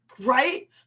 right